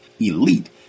elite